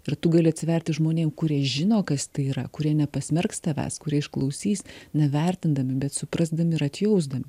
ir tu gali atsiverti žmonėm kurie žino kas tai yra kurie nepasmerks tavęs kurie išklausys nevertindami bet suprasdami ir atjausdami